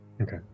Okay